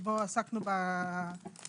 שבו עסקנו בתקנות.